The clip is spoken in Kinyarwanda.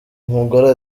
umugore